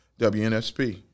WNSP